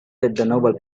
the